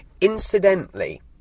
Incidentally